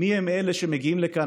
מיהם אלה שמגיעים לכאן.